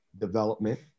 development